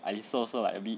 I listen also like a bit